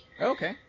Okay